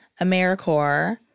AmeriCorps